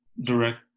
direct